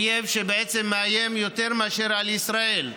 אויב שבעצם מאיים יותר מאשר על ישראל,